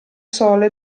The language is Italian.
sole